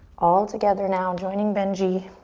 all together now, joining benji